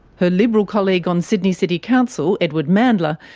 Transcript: her liberal colleague on sydney city council, edward mandla,